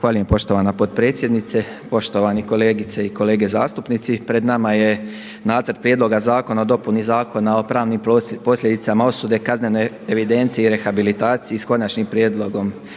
Zahvaljujem poštovana potpredsjednice, poštovani kolegice i kolege zastupnici. Pred nama je Nacrt prijedloga zakona o dopuni Zakona o pravnim posljedicama osude, kaznene evidencije i rehabilitacije s konačnim prijedlogom